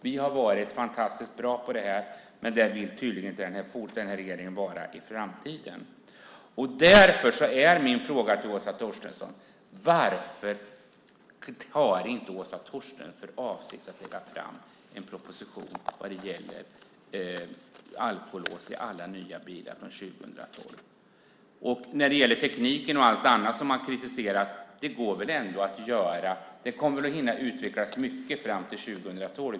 Vi har varit fantastiskt bra på det här, men det vill tydligen inte den här regeringen vara i framtiden. Därför är min fråga till Åsa Torstensson varför hon inte har för avsikt att lägga fram en proposition vad gäller alkolås i alla nya bilar från 2012. När det gäller tekniken och allt annat som man har kritiserat kommer det väl hinna att utvecklas mycket fram till 2012.